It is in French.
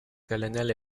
colonel